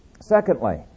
Secondly